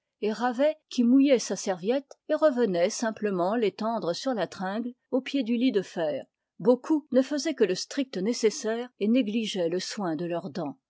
èt ravet qui mouillait sa serviette et revenait simplement l'étendre sur la tringle au pied du lit de fer beaucoup ne faisaient que le strict nécessaire et négligeaient le soin de leurs dents